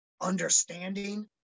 understanding